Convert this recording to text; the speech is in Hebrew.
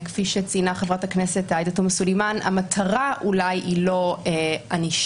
כפי שציינה חברת הכנסת עאידה תומא סלימאן המטרה אולי היא לא ענישה,